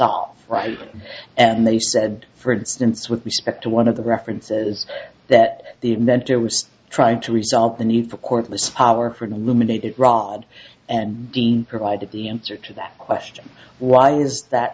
solve right and they said for instance with respect to one of the references that the inventor was trying to resolve the need for cordless power for an illuminated rod and dean provided the answer to that question why is that